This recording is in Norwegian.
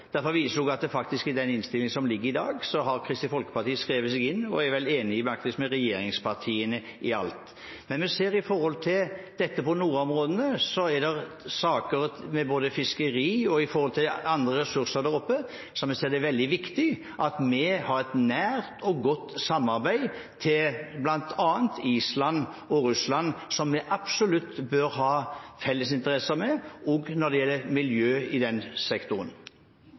Derfor viser jeg også til at i den innstillingen som foreligger i dag, har Kristelig Folkeparti skrevet seg inn, og er vel faktisk enig med regjeringspartiene i alt. Men når det gjelder nordområdene, er det med hensyn til både fiskeri og andre ressurser der oppe veldig viktig at vi har et nært og godt samarbeid med bl.a. Island og Russland, som vi absolutt bør ha felles interesser med i den sektoren, også når det gjelder miljø. Regjeringen har jo tatt viktige grep for å styrke importvernet den